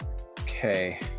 okay